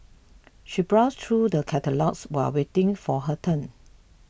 she browsed through the catalogues while waiting for her turn